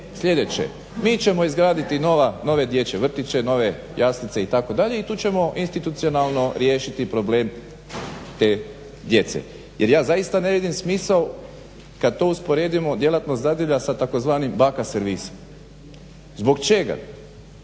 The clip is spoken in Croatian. objašnjenje. Mi ćemo izgraditi nove dječje vrtiće, nove jaslice itd. i tu ćemo institucionalno riješiti problem te djece. Jer ja zaista ne vidim smisao kad to usporedimo djelatnost dadilja sa tzv. baka servisom. Zbog čega